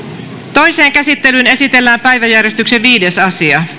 toiseen käsittelyyn esitellään päiväjärjestyksen viides asia